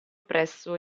presso